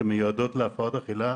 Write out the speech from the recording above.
שמיועדות להפרעות אכילה.